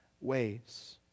ways